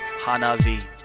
Hanavi